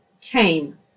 came